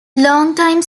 longtime